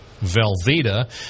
Velveeta